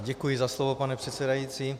Děkuji za slovo, pane předsedající.